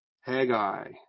Haggai